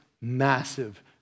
massive